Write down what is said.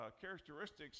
characteristics